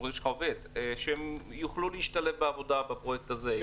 עובד אלא שיוכלו להשתלב בעבודה בפרויקט הזה?